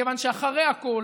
מכיוון שאחרי הכול,